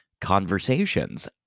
Conversations